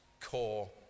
core